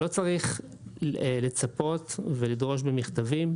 לא צריך לצפות ולדרוש במכתבים,